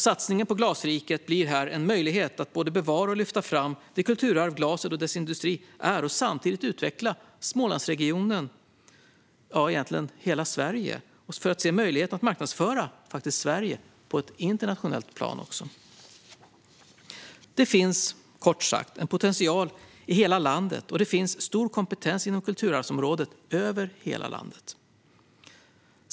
Satsningen på Glasriket blir här en möjlighet att både bevara och lyfta fram det kulturarv glaset och dess industri är och att samtidigt utveckla Smålandsregionen - och egentligen hela Sverige - för att se möjligheten att marknadsföra Sverige också på ett internationellt plan. Det finns, kort sagt, en potential i hela landet, och det finns stor kompetens inom kulturarvsområdet över hela landet.